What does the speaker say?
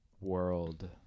world